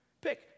Pick